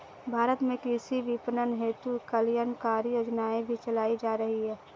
भारत में कृषि विपणन हेतु कल्याणकारी योजनाएं भी चलाई जा रही हैं